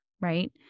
right